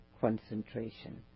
concentration